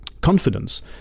confidence